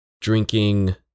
drinking